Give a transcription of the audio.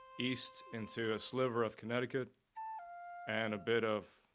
east into a sliver of connecticut and a bit of